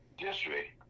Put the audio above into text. district